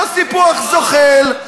לא סיפוח זוחל,